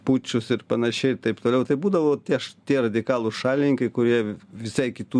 pučus ir panašiai ir taip toliau tai būdavo tie tie radikalūs šalininkai kurie visai kitų